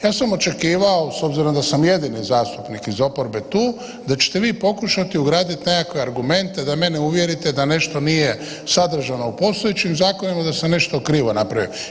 Ja sam očekivao, s obzirom da sam jedini zastupnik iz oporbe tu, da ćete vi pokušati ugraditi nekakve argumente da mene uvjerite da nešto nije sadržano u postojećim zakonima, da sam nešto krivo napravio.